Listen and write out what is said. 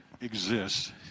exists